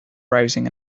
browsing